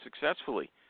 successfully